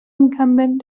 incumbent